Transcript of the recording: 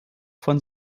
von